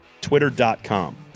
twitter.com